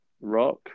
rock